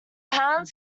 hounds